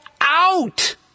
out